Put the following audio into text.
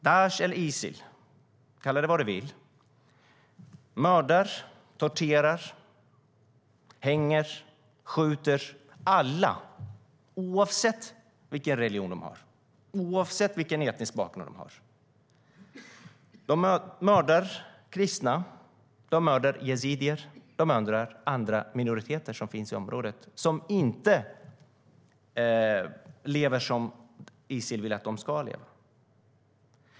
Daesh eller Isil - kalla det vad du vill - mördar, torterar, hänger och skjuter alla , oavsett vilken religion de har och vilken etnisk bakgrund de har. De mördar kristna, de mördar yazidier och de mördar andra minoriteter som finns i området och som inte lever så som Isil vill att de ska leva.